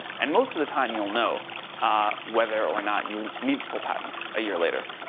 and most of the time you'll know whether or not you need full patent a year later.